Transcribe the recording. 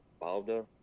powder